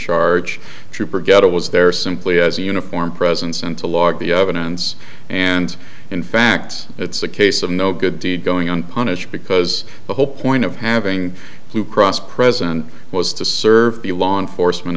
charge of trooper get it was there simply as a uniform presence and to log the evidence and in fact it's a case of no good deed going on punished because the whole point of having to cross present was to serve the law enforcement